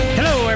Hello